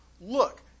Look